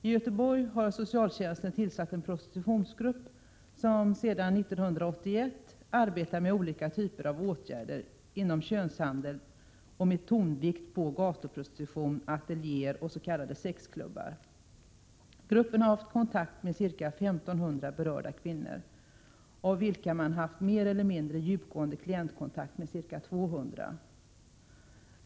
I Göteborg har socialtjänsten tillsatt en prostitutionsgrupp, som sedan 1981 arbetar med olika typer av åtgärder inom könshandeln med tonvikt på gatuprostitution, ateljéer och s.k. sexklubbar. Gruppen har haft kontakt med ca 1500 berörda kvinnor, av vilka man haft mer eller mindre djupgående klientkontakt med ca 200.